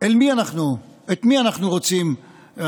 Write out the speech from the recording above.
על מי אנחנו רוצים להשפיע,